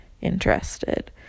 interested